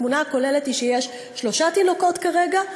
והתמונה הכוללת היא שיש שלושה תינוקות כרגע,